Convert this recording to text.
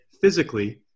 physically